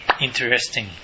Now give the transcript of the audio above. interesting